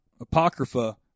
Apocrypha